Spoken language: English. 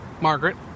Margaret